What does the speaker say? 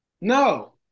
No